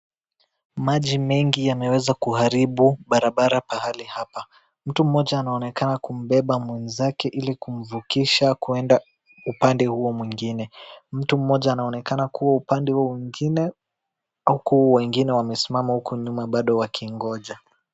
Maji mengi yameweza kuharibu barabara pahali hapa, mtu mmoja anaonekana kumbeba mwenzake ili kumvukisha kuenda upande huo mwingine, mtu mmoja anaonekana kuwa upande huo mwingine huku wengine wamesimama huko nyuma bado wakingoja.